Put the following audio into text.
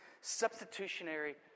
substitutionary